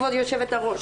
כבוד יושבת-הראש,